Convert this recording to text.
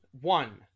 one